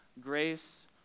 grace